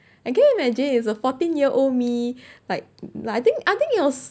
and can you imagine it's a fourteen year old me like like I think I think I was